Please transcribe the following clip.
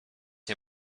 nie